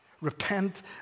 Repent